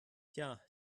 tja